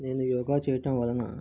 నేను యోగా చేయటం వలన